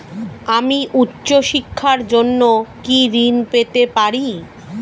আমি উচ্চশিক্ষার জন্য কি ঋণ পেতে পারি?